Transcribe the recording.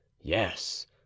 yes